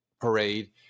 parade